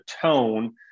tone